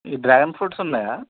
ఈ dragon fruits ఉన్నాయా